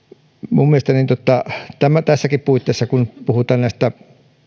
minun mielestäni näissäkin puitteissa kun puhutaan